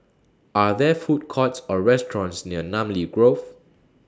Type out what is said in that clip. Are There Food Courts Or restaurants near Namly Grove